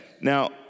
Now